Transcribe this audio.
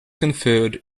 conferred